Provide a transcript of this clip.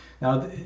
Now